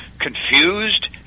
confused